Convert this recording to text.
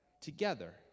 together